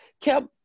kept